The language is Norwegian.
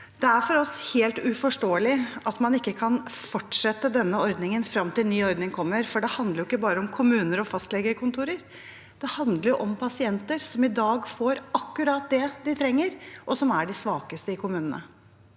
Det er for oss helt uforståelig at man ikke kan fortsette denne ordningen frem til ny ordning kommer, for det handler ikke bare om kommuner og fastlegekontorer. Det handler om pasienter som i dag får akkurat det de trenger, og som er de svakeste i kommunene.